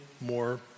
more